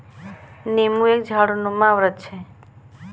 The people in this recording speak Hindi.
नींबू एक झाड़नुमा वृक्ष है